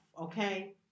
Okay